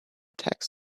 tax